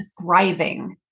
thriving